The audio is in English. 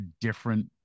different